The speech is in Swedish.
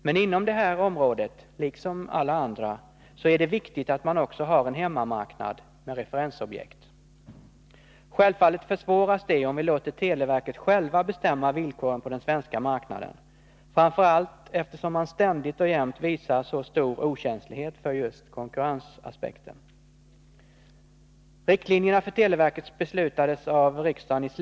Men inom det här området, liksom alla andra, är det viktigt att man också har en hemmamarknad med referensobjekt. Självfallet försvåras det om vi låter televerket självt bestämma villkoren på den svenska marknaden, framför allt eftersom man ständigt och jämt visar så stor okänslighet för just konkurrensaspekten.